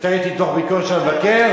מתי ראיתי דוח ביקורת של המבקר?